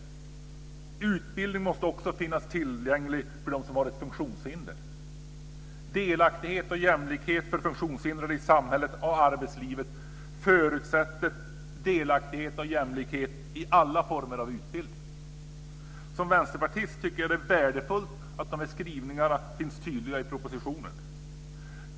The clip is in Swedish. Utbildning måste också finnas tillgänglig för dem som har ett funktionshinder. Delaktighet och jämlikhet för funktionshindrade i samhället och arbetslivet förutsätter delaktighet och jämlikhet i alla former av utbildning. Som vänsterpartist tycker jag att det är värdefullt att de här skrivningarna är tydliga i propositionen.